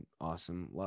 Awesome